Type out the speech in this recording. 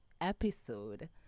episode